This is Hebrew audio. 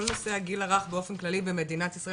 כל נושא הגיל הרך באופן כללי במדינת ישראל,